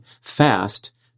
fast